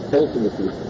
ultimately